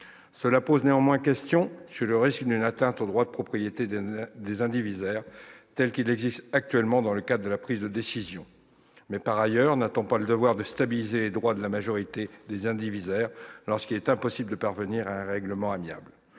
Cela pose néanmoins question sur le risque d'une atteinte au droit de propriété des indivisaires tel qu'il existe actuellement dans le cadre de la prise de décision. Mais, par ailleurs, n'a-t-on pas le devoir de stabiliser les droits de la majorité des indivisaires lorsqu'il est impossible de parvenir à un règlement amiable ?